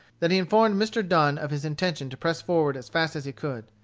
that he informed mr. dunn of his intention to press forward as fast as he could.